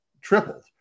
tripled